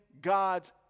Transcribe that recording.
God's